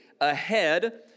ahead